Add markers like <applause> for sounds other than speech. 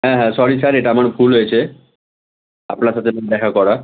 হ্যাঁ হ্যাঁ sorry sir এটা আমার ভুল হয়েছে আপনার সাথে <unintelligible> দেখা করা